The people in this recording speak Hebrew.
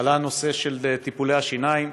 עלה הנושא של טיפולי שיניים.